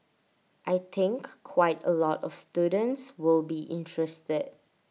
I think quite A lot of students will be interested